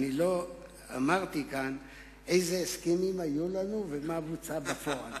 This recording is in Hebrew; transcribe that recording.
לא אמרתי כאן אילו הסכמים היו לנו ומה בוצע בפועל.